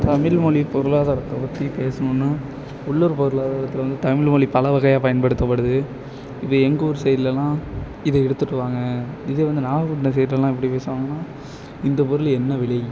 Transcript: தமிழ்மொழி பொருளாதாரத்தை பற்றி பேசணுன்னால் உள்ளூர் பக்கத்தில் வந்து தமிழ்மொழி பல வகையாக பயன்படுத்தப்படுது இப்போ எங்கள் ஊர் சைடுலலாம் இதை எடுத்துட்டு வாங்க இதே வந்து நாகப்பட்டினம் சைடுலலாம் வந்து எப்படி பேசுவாங்கனால் இந்த பொருள் என்ன விலை